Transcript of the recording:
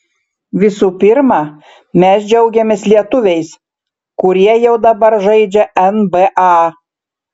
visų pirma mes džiaugiamės lietuviais kurie jau dabar žaidžia nba